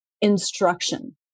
instruction